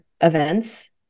events